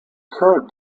current